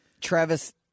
Travis